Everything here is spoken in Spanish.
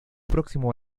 próximo